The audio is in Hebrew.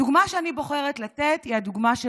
הדוגמה שאני בוחרת לתת היא הדוגמה של